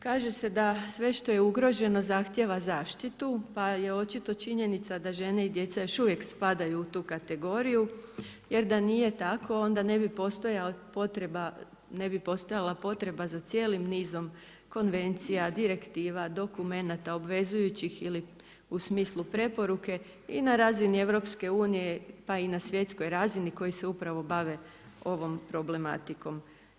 Kaže se da sve što je ugroženo zahtjeva zaštitu pa je očito činjenica da žene i djeca još uvijek spadaju u tu kategoriju jer da nije tako onda ne bi postojala potreba za cijelim nizom konvencija, direktiva, dokumenata obvezujućih ili u smislu preporuke i na razini EU pa i na svjetskoj razni koji se upravo bave ovom problematikom.